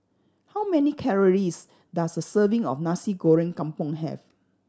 how many calories does a serving of Nasi Goreng Kampung have